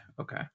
okay